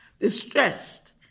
distressed